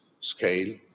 scale